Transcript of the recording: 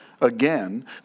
Again